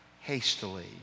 hastily